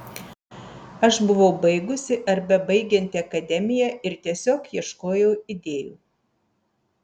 aš buvau baigusi ar bebaigianti akademiją ir tiesiog ieškojau idėjų